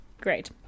great